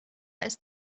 ist